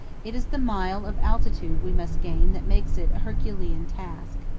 it is the mile of altitude we must gain that makes it a herculean task.